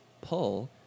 pull